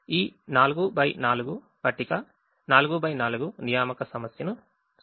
కాబట్టి ఈ 4 x 4 పట్టిక 4 x 4 అసైన్మెంట్ ప్రాబ్లెమ్ ను సూచిస్తుంది